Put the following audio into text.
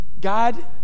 God